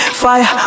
fire